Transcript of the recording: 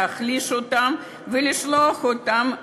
להחליש אותם ולשלוח אותם